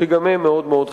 שגם הן חסרות.